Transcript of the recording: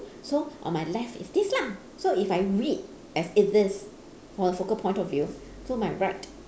so on my left it's this lah so if I read as it is from a focal point of view so my right